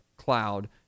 cloud